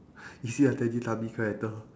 is he a teletubbies character